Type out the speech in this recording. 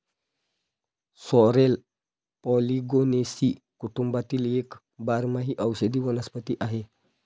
sorrel Polygonaceae कुटुंबातील एक बारमाही औषधी वनस्पती आहे